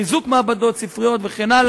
חיזוק מעבדות וספריות וכן הלאה.